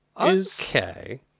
Okay